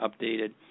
updated